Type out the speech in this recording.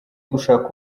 gushaka